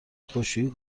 خشکشویی